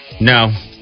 no